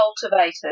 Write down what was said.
cultivated